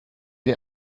der